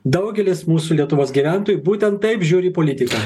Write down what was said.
daugelis mūsų lietuvos gyventojų būtent taip žiūri į politiką